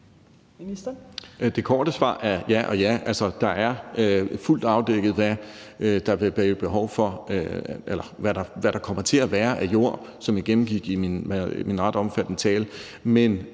De korte svar er ja og ja. Altså, det er fuldt afdækket, hvad der kommer til at være af jord, hvilket jeg gennemgik i min ret omfattende tale,